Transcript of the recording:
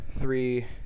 three